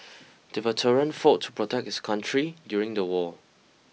the veteran fought to protect his country during the war